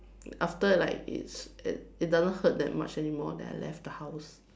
after like like it it doesn't hurt that much anymore then I left the house